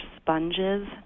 sponges